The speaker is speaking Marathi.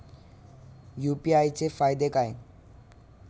यु.पी.आय चे फायदे काय?